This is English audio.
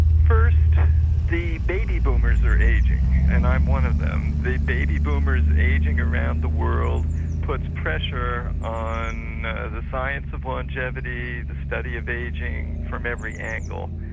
first the baby boomers are ageing, and i'm one of them. the baby boomers ageing around the world puts pressure on the science of longevity, the study of ageing, from every angle.